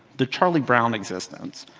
the charlie brown existence.